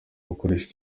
gukoresha